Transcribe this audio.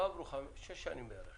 שש שנים בערך